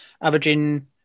averaging